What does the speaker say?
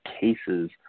cases